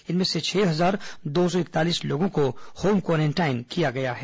इनमें से छह हजार दो सौ इकतालीस लोगों को होम क्वारेंटाइन किया गया है